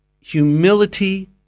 Humility